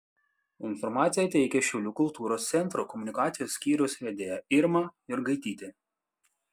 informaciją teikia šiaulių kultūros centro komunikacijos skyriaus vedėja irma jurgaitytė